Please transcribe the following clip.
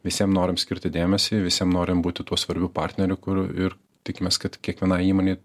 visiem norim skirti dėmesį visiem norim būti tuo svarbiu partneriu kur ir tikimės kad kiekvienai įmonei